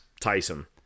Tyson